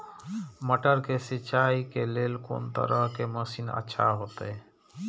मटर के सिंचाई के लेल कोन तरह के मशीन अच्छा होते?